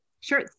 Sure